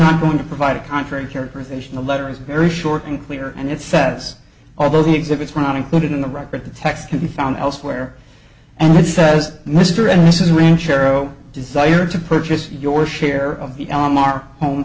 not going to provide a contrary characterization the letter is very short and clear and it says although the exhibits were not included in the record the text can be found elsewhere and it says mr and mrs ranchero desire to purchase your share of the alamar home